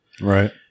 Right